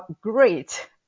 great